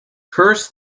curse